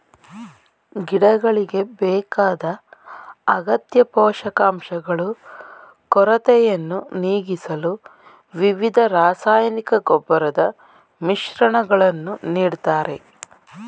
ಗಿಡಗಳಿಗೆ ಬೇಕಾದ ಅಗತ್ಯ ಪೋಷಕಾಂಶಗಳು ಕೊರತೆಯನ್ನು ನೀಗಿಸಲು ವಿವಿಧ ರಾಸಾಯನಿಕ ಗೊಬ್ಬರದ ಮಿಶ್ರಣಗಳನ್ನು ನೀಡ್ತಾರೆ